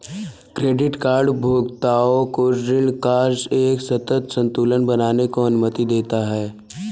credit card उपभोक्ताओं को ऋण का एक सतत संतुलन बनाने की अनुमति देते हैं